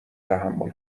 تحمل